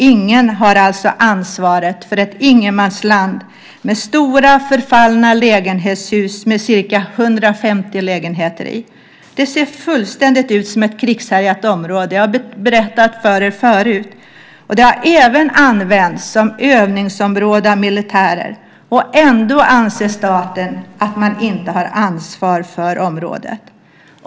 Ingen har alltså ansvaret för detta ingenmansland med stora förfallna lägenhetshus med ca 150 lägenheter i. Det ser ut som ett fullständigt krigshärjat område, det har jag berättat för er förut. Det har även använts som övningsområde av militärer. Ändå anser staten att man inte har ansvar för området.